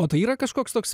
o tai yra kažkoks toks